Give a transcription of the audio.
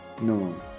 no